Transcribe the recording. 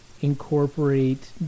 incorporate